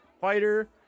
fighter—